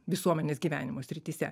visuomenės gyvenimo srityse